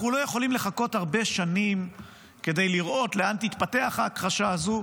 אנחנו לא יכולים לחכות הרבה שנים כדי לראות לאן תתפתח ההכחשה הזו,